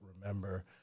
remember